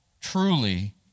truly